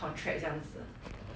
oh my god